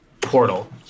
portal